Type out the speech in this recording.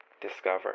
Discover